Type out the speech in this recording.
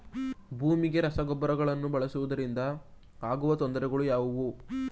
ಭೂಮಿಗೆ ರಸಗೊಬ್ಬರಗಳನ್ನು ಬಳಸುವುದರಿಂದ ಆಗುವ ತೊಂದರೆಗಳು ಯಾವುವು?